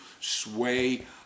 sway